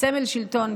סמל שלטון,